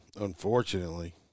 unfortunately